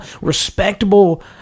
respectable